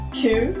two